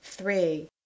Three